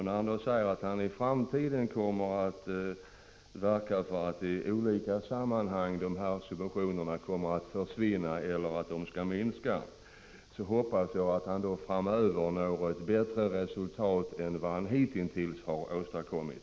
När han säger att han i framtiden i olika sammanhang kommer att verka för att dessa varvssubventioner försvinner eller minskar, hoppas jag att han framöver når ett bättre resultat än vad han hitintills har gjort.